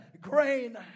grain